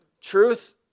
Truth